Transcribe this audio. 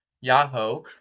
Yahoo